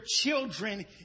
children